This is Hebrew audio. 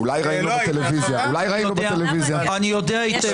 ולא היית --- אני יודע היטב מה היה כאן.